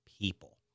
people